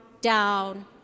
down